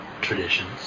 traditions